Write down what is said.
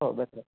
हो बरोबर